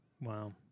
Wow